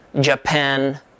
Japan